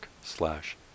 slash